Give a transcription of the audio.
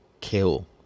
kill